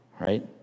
right